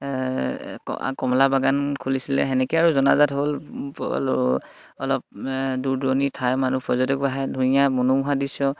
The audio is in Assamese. কমলা বাগান খুলিছিলে তেনেকৈ আৰু জনাজাত হ'ল অলপ দূৰ দূৰণি ঠাই মানুহ পৰ্যটক আহে ধুনীয়া মনোমোহা দিশ্য